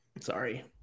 sorry